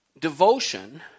Devotion